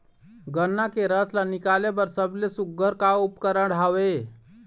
गन्ना के रस ला निकाले बर सबले सुघ्घर का उपकरण हवए?